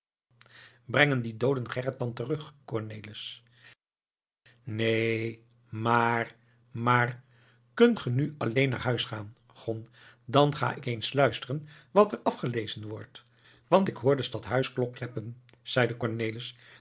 brengen die dooden gerrit dan terug cornelis neen maar maar kunt ge nu alleen naar huis gaan gon dan ga ik eens luisteren wat er afgelezen wordt want ik hoor de stadhuisklok kleppen zeide cornelis